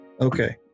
Okay